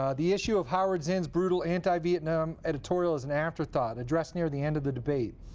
um the issue of howard zinn's brutal anti-vietnam editorial is an afterthought, addressed near the end of the debate.